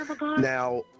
Now